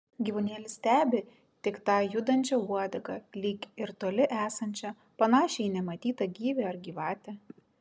gyvūnėlis stebi tik tą judančią uodegą lyg ir toli esančią panašią į nematytą gyvį ar gyvatę